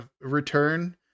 return